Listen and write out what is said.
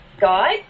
guide